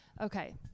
Okay